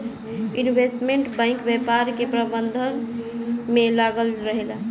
investment bank व्यापार के प्रबंधन में लागल रहेला